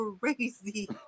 crazy